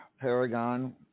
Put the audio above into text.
Paragon